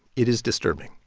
it is disturbing